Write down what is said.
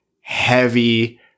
heavy